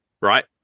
Right